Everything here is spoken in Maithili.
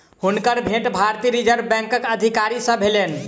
हुनकर भेंट भारतीय रिज़र्व बैंकक अधिकारी सॅ भेलैन